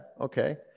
Okay